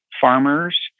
farmers